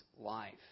life